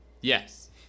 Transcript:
yes